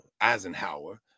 Eisenhower